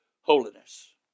holiness